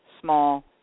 small